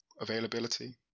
availability